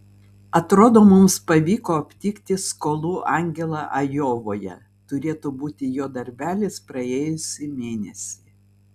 atrodo mums pavyko aptikti skolų angelą ajovoje turėtų būti jo darbelis praėjusį mėnesį